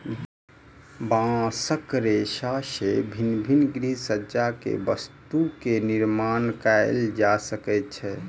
बांसक रेशा से विभिन्न गृहसज्जा के वस्तु के निर्माण कएल जा सकै छै